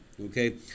Okay